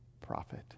prophet